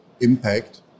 impact